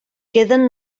queden